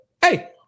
Hey